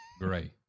Gray